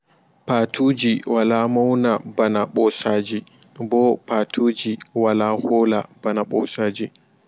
Paatuji wala mauna ɓana ɓosaaji bo paatuji wala hoola bana ɓosaaji.